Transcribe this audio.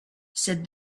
said